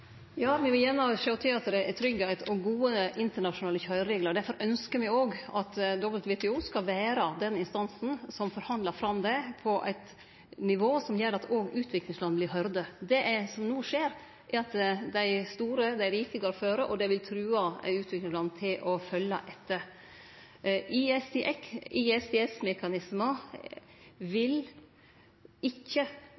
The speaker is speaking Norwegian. Ja, me vil gjerne sjå til at det er tryggleik og gode internasjonale køyrereglar. Derfor ynskjer me at WTO skal vere den instansen som forhandlar fram det på eit nivå som gjer at òg utviklingsland vert høyrde. Det som no skjer, er at dei store, dei rike går føre, og det vil true utviklingsland til å følgje etter. ISDS-mekanismar vil ikkje tilgodesjå utviklingsland på den måten som regjeringa i